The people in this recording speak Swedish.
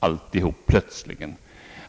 hela förtjänsten.